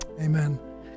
Amen